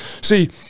See